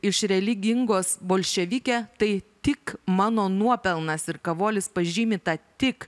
iš religingos bolševike tai tik mano nuopelnas ir kavolis pažymi tą tik